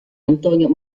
antonio